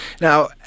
Now